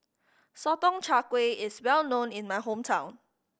sotong char gui is well known in my hometown